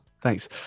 Thanks